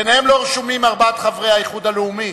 ביניהם לא רשומים ארבעת חברי האיחוד הלאומי.